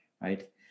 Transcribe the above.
right